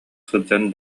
сылдьан